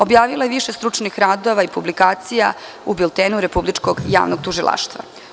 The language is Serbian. Objavila je više stručnih radova i publikacija u Biltenu Republičkog javnog tužilaštva.